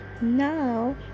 Now